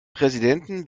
präsidenten